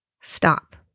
Stop